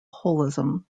holism